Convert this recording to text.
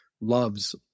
loves